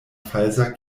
falsa